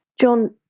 John